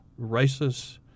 racist